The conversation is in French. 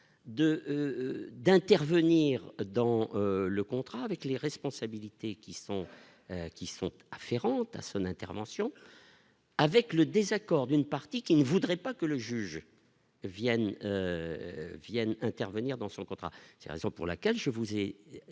d'intervenir dans le contrat avec les responsabilités qui sont, qui sont afférentes à son intervention avec le désaccord d'une partie qui ne voudrait pas que le juge viennent viennent intervenir dans son contrat, raison pour laquelle je vous ai